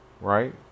right